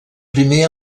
primer